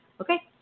Okay